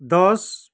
दस